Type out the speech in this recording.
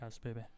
baby